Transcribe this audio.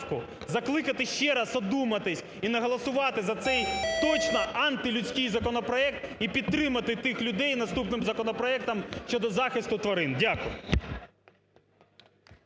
закликати ще раз одуматись і не голосувати точно антилюдський законопроект і підтримати тих людей наступним законопроектом щодо захисту тварин. Дякую.